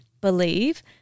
believe